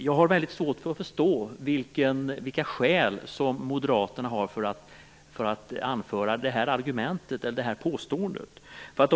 Jag har väldigt svårt att förstå vilka skäl Moderaterna har för att anföra det argumentet och för att göra det påståendet.